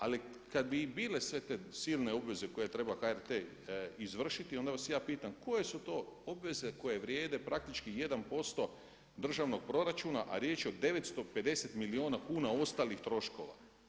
Ali kada bi i bile sve te silne obveze koje treba HRT izvršiti onda vas ja pitam koje su to obveze koje vrijede praktički 1% državnog proračuna a riječ je o 950 milijuna kuna ostalih troškova.